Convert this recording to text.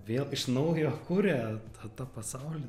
vėl iš naujo kuria tą tą pasaulį